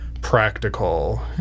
practical